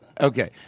Okay